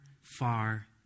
far